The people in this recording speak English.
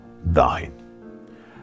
thine